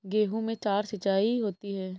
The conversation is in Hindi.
गेहूं में चार सिचाई होती हैं